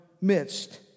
midst